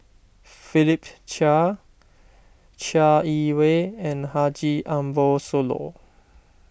Philip Chia Chai Yee Wei and Haji Ambo Sooloh